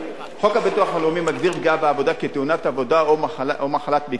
חוק הביטוח הלאומי מכיר בפגיעה בעבודה כתאונת עבודה או מחלת מקצוע.